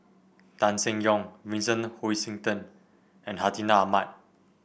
Tan Seng Yong Vincent Hoisington and Hartinah Ahmad